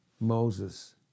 Moses